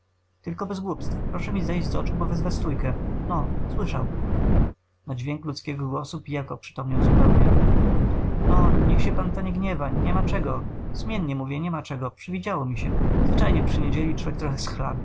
tylko bez głupstw proszę mi zejść z oczu bo wezwę stójkę no słyszał na dźwięk ludzkiego głosu pijak oprzytomniał zupełnie no niech się pan ta nie gniewa niema czego sumiennie mówię nie ma czego przywidziało mi się zwyczajnie przy niedzieli